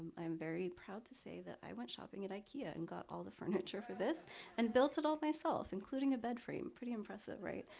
um i'm very proud to say that i went shopping at ikea and got all the furniture for this and built it all myself including including a bed frame, pretty impressive, right?